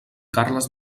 carles